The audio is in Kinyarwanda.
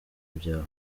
byawe